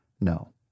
no